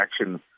action